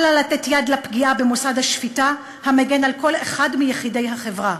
אל לה לתת יד לפגיעה במוסד השפיטה המגן על כל אחד מיחידי החברה.